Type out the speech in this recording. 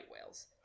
whales